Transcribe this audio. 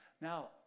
now